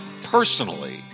personally